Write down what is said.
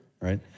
right